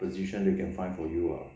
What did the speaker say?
position they can find for you ah